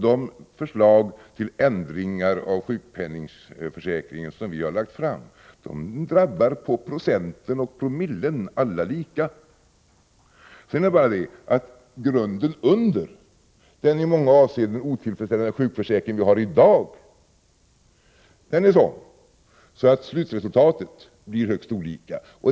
De förslag till förändringar till sjukförsäkringen som vi har lagt fram drabbar på procenten och promillen alla lika. Sedan är det så, att grunden — den i många avseenden otillfredsställande sjukförsäkring vi i dag har — är sådan att slutresultatet blir högst olika.